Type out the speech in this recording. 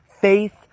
faith